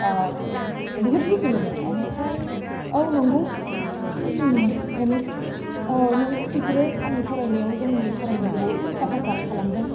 ओह बुहुथ बुजि मोनो एनिफ्राय औ नोंगौ औ नोंगौ बेफोरो आंनि फरायनायाव जोंनि फरायनायाव बुहुथ हेफाजाब खालामदों